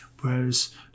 Whereas